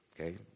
Okay